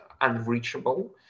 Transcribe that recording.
unreachable